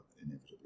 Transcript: inevitably